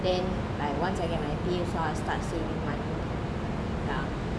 then like once I get pay also I'll start saving money lah